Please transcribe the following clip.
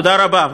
תודה רבה.